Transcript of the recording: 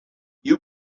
you